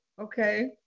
Okay